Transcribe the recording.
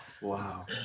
Wow